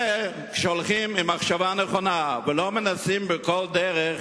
זה כשהולכים עם מחשבה נכונה ולא מנסים בכל דרך